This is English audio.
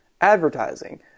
advertising